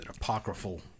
apocryphal